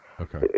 Okay